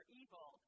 evil